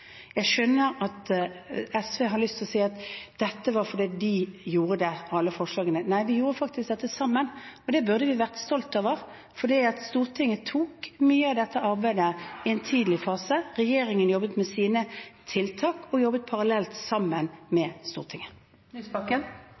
Jeg skjønner at SV har lyst til å si at dette, alle forslagene, var fordi de gjorde det. Nei, vi gjorde faktisk dette sammen. Det burde vi være stolt over. Stortinget tok mye av dette arbeidet i en tidlig fase. Regjeringen jobbet med sine tiltak og jobbet parallelt sammen med